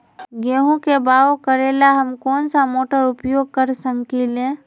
गेंहू के बाओ करेला हम कौन सा मोटर उपयोग कर सकींले?